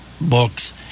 books